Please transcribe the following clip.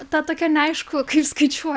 ta tokia neaišku kaip skaičiuoja